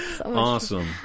Awesome